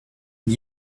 and